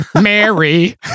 Mary